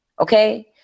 Okay